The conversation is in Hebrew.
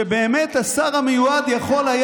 שבאמת השר המיועד היה יכול,